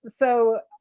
so,